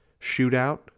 Shootout